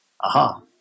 Aha